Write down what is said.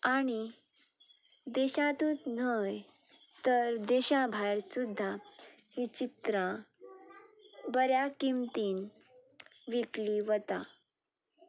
आनी देशांतूच न्हय तर देशा भायर सुद्दां हीं चित्रां बऱ्या किमतीन विकलीं वता